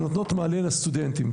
שנותנות מענה לסטודנטים.